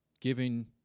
giving